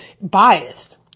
biased